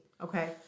Okay